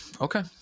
Okay